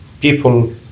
people